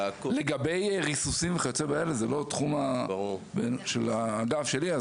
לגבי ריסוסים וכיוצא באלה זהו לא התחום של האגף שלי,